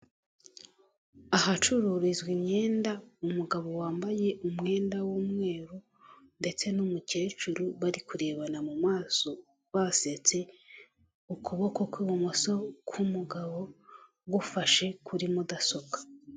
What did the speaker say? Ahacururizwa imyenda umugabo wambaye umwenda w'umweru ndetse n'umukecuru bari kurebana mu maso, basetse ukuboko kw'ibumoso k'umugabo gufashe kuri mudasobwa.